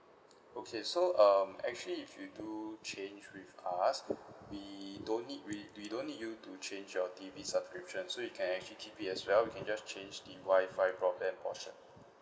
okay so um actually if you do change with us we don't need re~ we don't need you to change your T_V subscription so you can actually keep it as well we can just change the Wi-Fi broadband portion